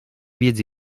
wiedzy